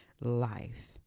life